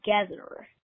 together